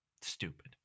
stupid